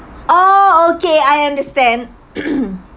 orh okay I understand